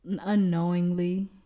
unknowingly